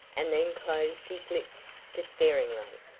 and then closed his lips despairingly.